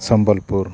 Sambalpur